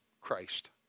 Christ